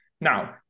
Now